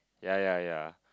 ya ya ya